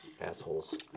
Assholes